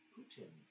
Putin